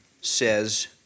says